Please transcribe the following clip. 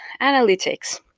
analytics